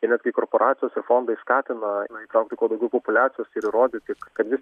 ir netgi korporacijos ir fondai skatina įtraukti kuo daugiau populiacijos ir įrodyti kad vis